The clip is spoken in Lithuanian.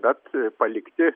bet palikti